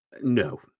no